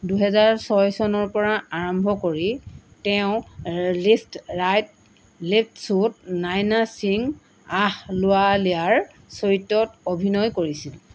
দুহেজাৰ ছয় চনৰ পৰা আৰম্ভ কৰি তেওঁ লেফ্ট ৰাইট লেফ্ট শ্ব'ত নাইনা সিং আহলুৱালিয়াৰ চৰিত্ৰত অভিনয় কৰিছিল